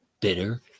bitter